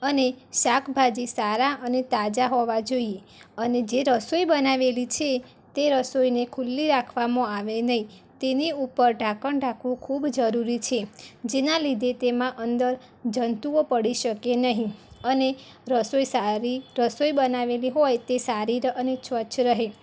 અને શાકભાજી સારાં અને તાજાં હોવા જોઇએ અને જે રસોઈ બનાવેલી છે તે રસોઈને ખુલ્લી રાખવામાં આવે નહીં તેની ઉપર ઢાંકણ ઢાંકવું ખૂબ જરુરી છે જેના લીધે તેમાં અંદર જંતુઓ પડી શકે નહીં અને રસોઈ સારી રસોઈ બનાવેલી હોય તે સારી ર અને સ્વચ્છ રહે